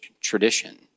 tradition